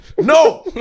no